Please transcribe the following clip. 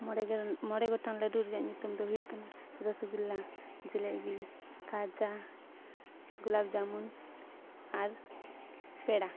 ᱢᱚᱬᱮ ᱜᱮᱞ ᱢᱚᱬᱮ ᱜᱚᱴᱟᱝ ᱞᱟᱹᱰᱩ ᱨᱮᱭᱟᱜ ᱧᱩᱛᱩᱢ ᱫᱚ ᱦᱩᱭᱩᱜ ᱠᱟᱱᱟ ᱨᱚᱥᱜᱞᱟ ᱡᱤᱞᱟᱯᱤ ᱠᱷᱟᱡᱟ ᱜᱩᱞᱟᱵ ᱡᱟᱢᱩᱱ ᱟᱨ ᱯᱮᱲᱟ